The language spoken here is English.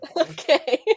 Okay